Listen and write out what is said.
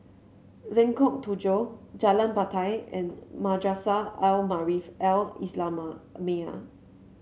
Lengkok Tujoh Jalan Batai and Madrasah Al Maarif Al Islamiah